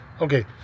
okay